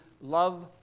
love